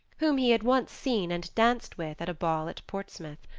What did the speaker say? whom he had once seen and danced with at a ball at portsmouth.